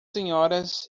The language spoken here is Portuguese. senhoras